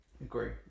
Agree